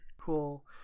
Cool